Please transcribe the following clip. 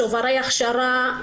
שוברי הכשרה.